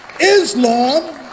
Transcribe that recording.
Islam